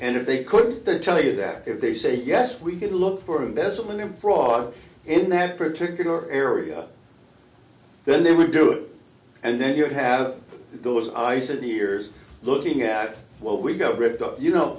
and if they could tell you that if they said yes we could look for embezzling and fraud in that particular area then they would do it and then you would have those i seventy years looking at what we got rid of you know